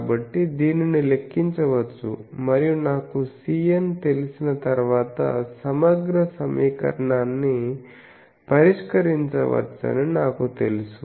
కాబట్టి దీనిని లెక్కించవచ్చు మరియు నాకు Cn తెలిసిన తర్వాత సమగ్ర సమీకరణాన్ని పరిష్కరించవచ్చని నాకు తెలుసు